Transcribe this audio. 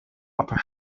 upper